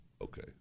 okay